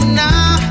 now